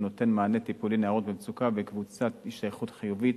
שנותן מענה טיפולי לנערות במצוקה וקבוצת השתייכות חיובית.